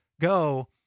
go